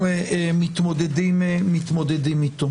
מתמודדים איתו.